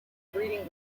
breeding